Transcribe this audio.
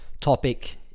topic